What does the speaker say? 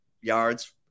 yards